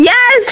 Yes